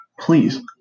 Please